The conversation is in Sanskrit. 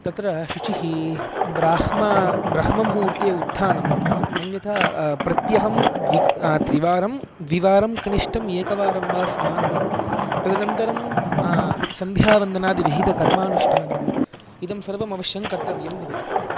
तत्र शुचिः ब्राह्म ब्रह्ममुहूर्ते उत्थानम् अन्यथा प्रत्यहं द्वि त्रिवारं द्विवारं कनिष्ठम् एकवारं वा स्नानं तदनन्तरं सन्ध्यावन्दनादि विहितकर्मानुष्ठानम् इदं सर्वम् अवश्यं कर्तव्यम् भवति